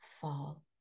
fall